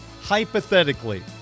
Hypothetically